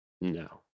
No